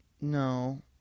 No